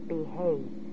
Behave